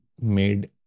made